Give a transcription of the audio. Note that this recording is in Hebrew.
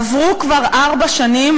עברו כבר ארבע שנים,